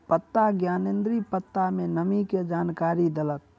पत्ता ज्ञानेंद्री पत्ता में नमी के जानकारी देलक